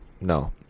No